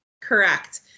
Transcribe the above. Correct